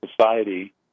society